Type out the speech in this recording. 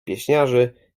pieśniarzy